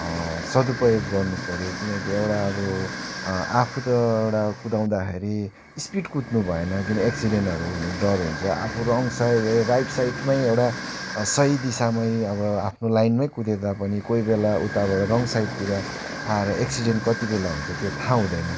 सदुपयोग गर्नु पर्यो किनकि एउटा अब आफू त एउटा कुदाउँदाखेरि स्पिड कुद्नु भएन किन एक्सिडेन्टहरू हुने डर हुन्छ आफू रोङ साइड ए राइट साइडमै एउटा सही दिशामै एउटा आफ्नो लाइनमै कुदे तापनि कोही बेला उताबाट रोङ साइडतिर आएर एक्सिडेन्ट कति बेला हुन्छ त्यो थाहा हुँदैन